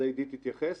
לזה עידית תתייחס,